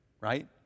right